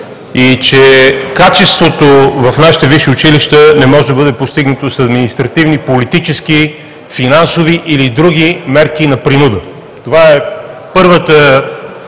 и, че качеството в нашите висши училища не може да бъде постигнато с административни, политически, финансови или други мерки на принуда. Това е първата